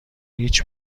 هیچ